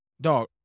Dog